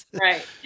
Right